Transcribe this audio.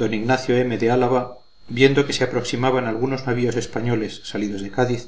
d ignacio m de álava viendo que se aproximaban algunos navíos españoles salidos de cádiz